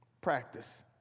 Practice